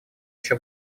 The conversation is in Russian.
еще